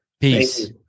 Peace